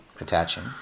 attaching